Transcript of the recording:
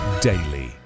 daily